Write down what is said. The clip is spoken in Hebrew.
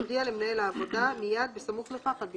יודיע למנהל העבודה מיד בסמוך לכך על ביצועו.""